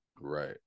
Right